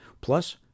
Plus